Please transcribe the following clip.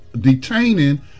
detaining